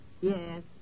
Yes